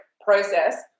process